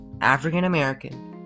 African-American